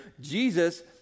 Jesus